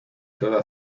toda